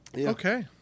Okay